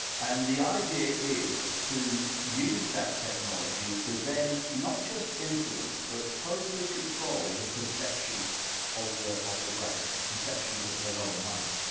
and the idea is to use that technology to then not just influence but totally control the perceptions of the of the brain, the perceptions of the lower mind,